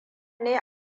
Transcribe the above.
ne